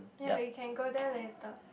ya we can go there later